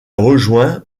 rejoint